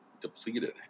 depleted